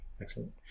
Excellent